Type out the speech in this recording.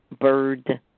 Bird